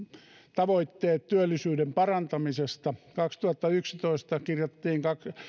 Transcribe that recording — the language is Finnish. tavoitteet työllisyyden parantamisesta kaksituhattayksitoista kirjattiin